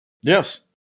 Yes